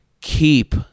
keep